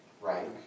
right